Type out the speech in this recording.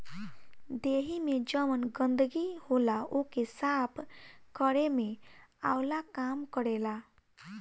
देहि में जवन गंदगी होला ओके साफ़ केरे में आंवला काम करेला